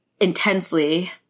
intensely